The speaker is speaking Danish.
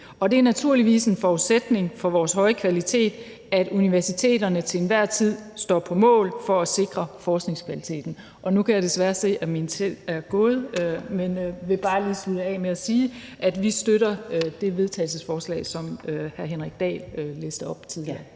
og det er naturligvis en forudsætning for vores høje kvalitet, at universiteterne til enhver tid står på mål for at sikre forskningskvaliteten. Nu kan jeg desværre se, at min tid er gået, men jeg vil bare lige slutte af med at sige, at vi støtter det forslag til vedtagelse, som hr. Henrik Dahl læste op tidligere.